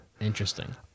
interesting